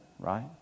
right